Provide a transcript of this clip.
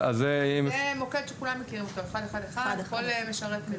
כל משרת מילואים